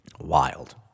wild